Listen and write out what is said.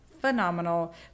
phenomenal